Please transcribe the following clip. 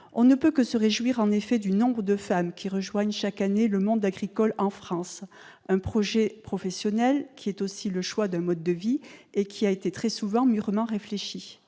On ne peut que se réjouir, en effet, du nombre de femmes qui rejoignent chaque année le monde agricole en France. Elles entendent mener un projet professionnel qui est aussi le choix d'un mode de vie et qui a été très souvent mûrement réfléchi.